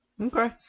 Okay